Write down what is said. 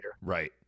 right